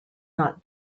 not